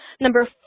Number